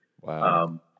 Wow